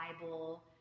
bible